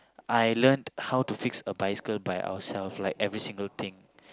I learnt how to fix a bicycle by ourself like every single thing